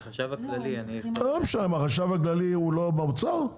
החשב הכללי הוא לא באוצר?